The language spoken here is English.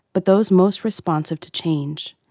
but those most responsive to change,